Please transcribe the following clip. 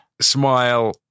smile